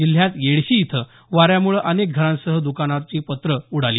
जिल्ह्यात येडशी इथं वाऱ्यामुळं अनेक घरांसह दुकानावरील पत्रं उडाली